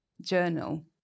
journal